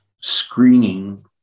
screening